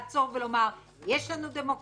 ולומר: יש לנו דמוקרטיה,